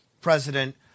president